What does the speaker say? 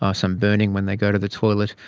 ah some burning when they go to the toilet,